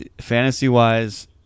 fantasy-wise